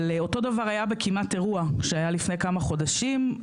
אותו דבר היה בכמעט אירוע שהיה לפני כמה חודשים,